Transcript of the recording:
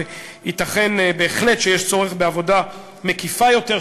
וייתכן בהחלט שיש צורך בעבודה מקיפה יותר,